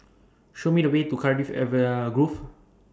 Show Me The Way to Cardifi Grove